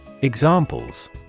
Examples